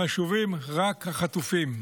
חשובים רק החטופים.